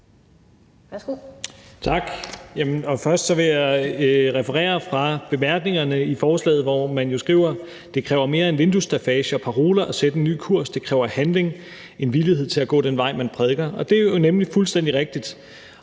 Tak, og først vil jeg referere fra bemærkningerne i forslaget, hvor man jo skriver, at det kræver mere end vinduesstaffage og paroler at sætte en ny kurs, det kræver handling, en villighed til at gå den vej, man prædiker. Det er nemlig fuldstændig rigtigt,